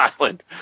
island